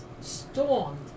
stormed